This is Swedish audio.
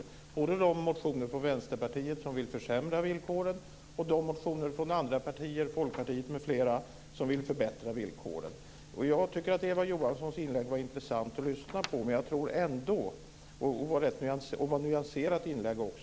Det gäller både de motioner från Vänsterpartiet som vill försämra villkoren och de motioner från andra partier, bl.a. Folkpartiet, som vill förbättra villkoren. Jag tycker att Eva Johanssons inlägg var intressant att lyssna på. Det var också ett rätt nyanserat inlägg.